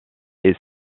est